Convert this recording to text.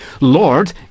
LORD